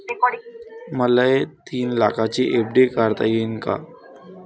मले तीन लाखाची एफ.डी काढता येईन का?